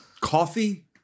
Coffee